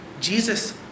Jesus